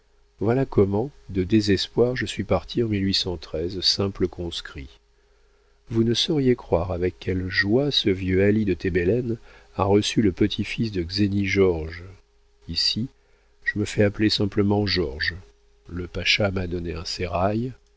voilà comment de désespoir je suis parti en simple conscrit vous ne sauriez croire avec quelle joie ce vieux ali de tébélen a reçu le petit-fils de czerni georges ici je me fais appeler simplement georges le pacha m'a donné un sérail